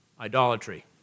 idolatry